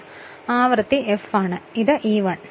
ഇപ്പോൾ ആവൃത്തി f ആണ് കാരണം ഇത് E1 ആണ്